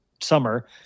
summer